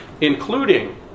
including